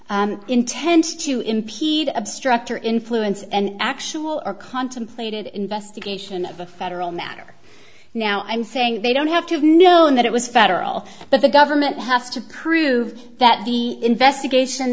prove intent to impede obstruct or influence and actual or contemplated investigation of a federal matter now i'm saying they don't have to have known that it was federal but the government has to prove that the investigation